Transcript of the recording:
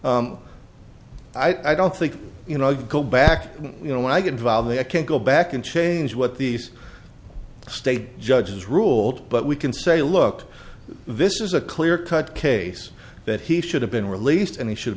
i don't think you know i go back you know when i get involved they i can't go back and change what these state judges ruled but we can say look this is a clear cut case that he should have been released and he should